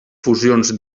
fusions